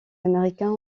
américains